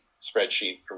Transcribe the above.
spreadsheet